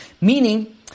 Meaning